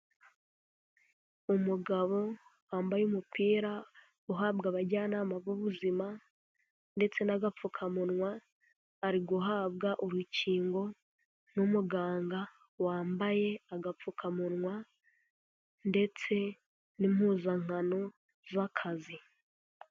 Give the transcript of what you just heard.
Umugabo wambaye umupira uhabwa abajyanama b'ubuzima ndetse n'agapfukamunwa, ari guhabwa urukingo n'umuganga wambaye agapfukamunwa ndetse n'impuzankano z'akazi.